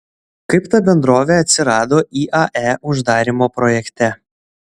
kaip ta bendrovė atsirado iae uždarymo projekte